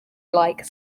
like